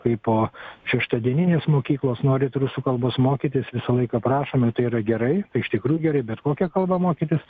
kai po šeštadieninės mokyklos norit rusų kalbos mokytis visą laiką prašome tai yra gerai iš tikrųjų gerai bet kokią kalbą mokytis